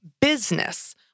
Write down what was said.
business—